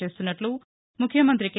చేస్తున్నట్లు ముఖ్యమంతి కె